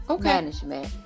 management